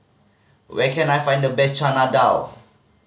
where can I find the best Chana Dal